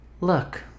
Look